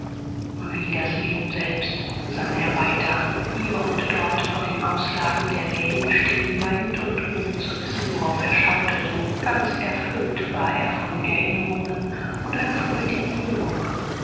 wie das leben selbst sann er weiter hier und dort vor den auslagen der läden stehen bleibend und ohne zu wissen worauf er schaute so ganz erfüllt war er von erinnerungen und einer freudigen rührung